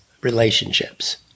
relationships